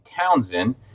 Townsend